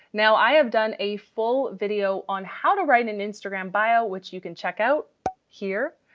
now i have done a full video on how to write an instagram bio, which you can check out here,